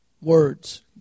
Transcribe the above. words